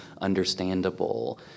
understandable